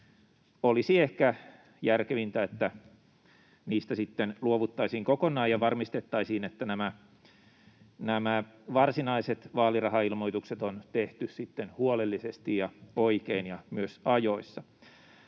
olisi ehkä järkevintä, että niistä sitten luovuttaisiin kokonaan ja varmistettaisiin, että nämä nämä varsinaiset vaalirahailmoitukset on tehty huolellisesti ja oikein ja myös ajoissa.